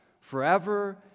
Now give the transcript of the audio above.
forever